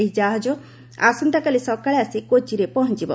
ଏହି ଜାହାଜ ଆସନ୍ତାକାଲି ସକାଳେ ଆସି କୋଚିରେ ପହଞ୍ଚବ